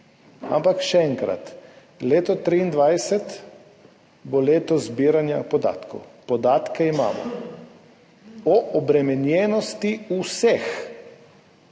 ampak še enkrat. Leto 2023 bo leto zbiranja podatkov. Imamo podatke o obremenjenosti vseh